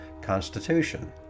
Constitution